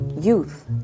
Youth